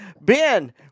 Ben